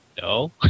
no